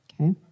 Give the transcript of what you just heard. Okay